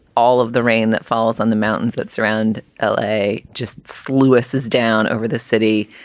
all of the rain that falls on the mountains that surround l a. just sluices down over the city.